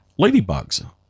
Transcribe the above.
Ladybugs